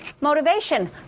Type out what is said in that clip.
motivation